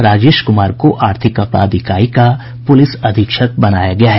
राजेश कुमार को आर्थिक अपराध इकाई का पुलिस अधीक्षक बनाया गया है